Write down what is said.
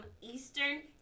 Eastern